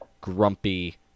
grumpy